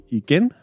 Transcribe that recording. igen